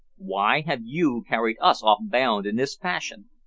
why have you carried us off bound in this fashion?